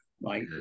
right